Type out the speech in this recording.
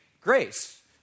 grace